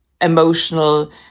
emotional